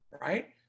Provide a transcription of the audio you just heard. right